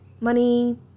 money